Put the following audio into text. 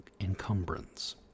encumbrance